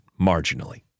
marginally